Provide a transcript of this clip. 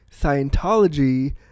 Scientology